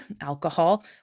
alcohol